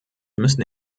müssen